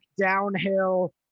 downhill